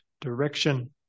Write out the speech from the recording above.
direction